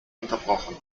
unterbrochen